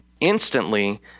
instantly